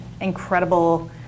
incredible